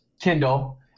Kindle